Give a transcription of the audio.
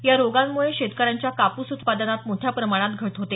या रोगांमुळे शेतकऱ्यांच्या कापूस उत्पादनात मोठ्या प्रमाणात घट होते